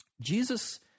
Jesus